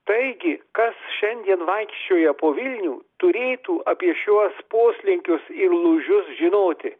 taigi kas šiandien vaikščioja po vilnių turėtų apie šiuos poslinkius ir lūžius žinoti